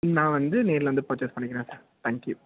நான் வந்து நேர்ல வந்து பர்ச்சேஸ் பண்ணிக்கிறேன் சார் தேங்க் யூ